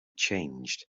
changed